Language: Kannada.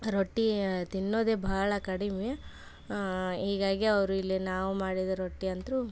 ರೊಟ್ಟಿ ತಿನ್ನೋದೇ ಭಾಳ ಕಡಿಮೆ ಹೀಗಾಗಿ ಅವರು ಇಲ್ಲಿ ನಾವು ಮಾಡಿದ ರೊಟ್ಟಿ ಅಂತು